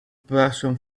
passion